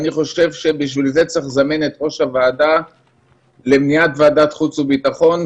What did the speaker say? אני חושב שבשביל זה צריך לזמן את ראש השירות למליאת ועדת חוץ וביטחון,